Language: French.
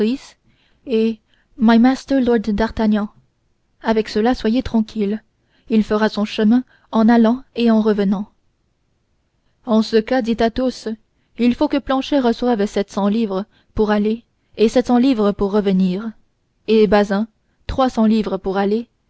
lord d'artagnan avec cela soyez tranquilles il fera son chemin en allant et en revenant en ce cas dit athos il faut que planchet reçoive sept cents livres pour aller et sept cents livres pour revenir et bazin trois cents livres pour aller